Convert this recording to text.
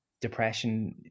depression